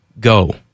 go